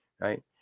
Right